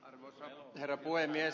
arvoisa herra puhemies